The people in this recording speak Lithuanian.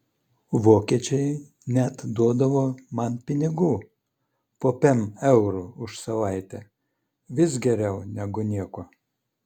vokiečiai net duodavo man pinigų po pem eurų už savaitę vis geriau negu nieko